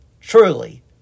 truly